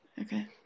Okay